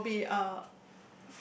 uh would be uh